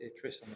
Chris